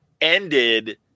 ended